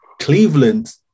Cleveland